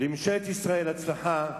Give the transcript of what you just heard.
ולממשלת ישראל הצלחה,